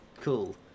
cool